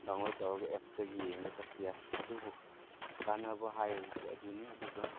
download ꯇꯧꯔꯒ ꯑꯦꯞꯁꯇꯒꯤ ꯌꯦꯡꯉꯒ ꯆꯠꯄ ꯌꯥꯏ ꯑꯗꯨꯕꯨ ꯀꯥꯟꯅꯕ ꯍꯥꯏꯕꯁꯦ ꯑꯗꯨꯅꯤ ꯑꯗꯨꯒ